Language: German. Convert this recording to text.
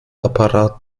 apparat